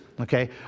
Okay